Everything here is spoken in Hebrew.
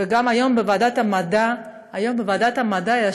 וגם היום בוועדת המדע, ישבתי